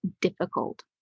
difficult